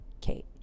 Kate